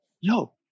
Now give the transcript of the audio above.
yo